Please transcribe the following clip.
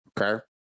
okay